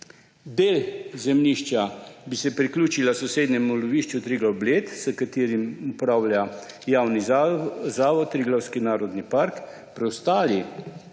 Del zemljišča bi se priključil sosednjemu lovišču Triglav Bled, s katerim upravlja javni zavod Triglavski narodni park, preostali